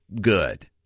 good